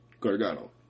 gargano